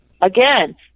again